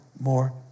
more